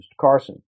Carson